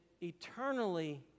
eternally